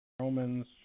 Romans